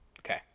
Okay